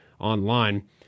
online